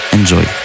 Enjoy